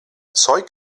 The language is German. zeug